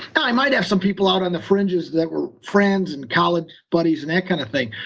i might have some people out on the fringes that were friends and college buddies and that kind of thing,